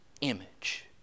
image